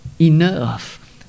enough